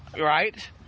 Right